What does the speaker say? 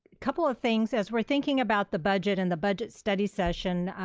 couple of things, as we're thinking about the budget and the budget study session,